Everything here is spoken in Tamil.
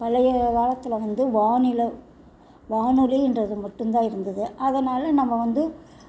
பழைய காலத்தில் வந்து வானிலை வானொலின்றது மட்டுந்தான் இருந்தது அதனால் நம்ம வந்து